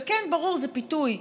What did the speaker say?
וכן, ברור, זה פיתוי.